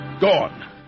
Gone